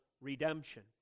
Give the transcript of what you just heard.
redemption